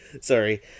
sorry